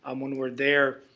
um when we're there.